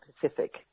Pacific